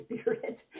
Spirit